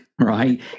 Right